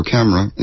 Camera